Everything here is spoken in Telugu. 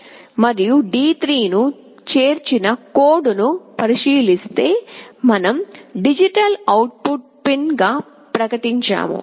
h మరియు D3 ను చేర్చిన కోడ్ను పరిశీలిస్తే మనం డిజిటల్ అవుట్ పిన్ గా ప్రకటించాము